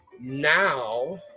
now